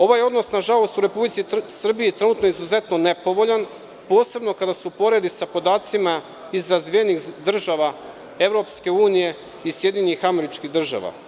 Ovaj odnos nažalost u RS je trenutno izuzetno nepovoljan, posebno kada se uporedi sa podacima iz razvijenih države EU i SAD.